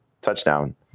touchdown